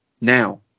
now